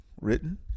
written